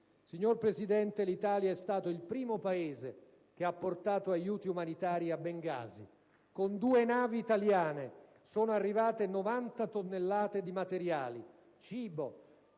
Signor Presidente, l'Italia è stato il primo Paese che ha portato aiuti umanitari a Bengasi. Con due navi italiane sono arrivate 90 tonnellate di materiale: cibo,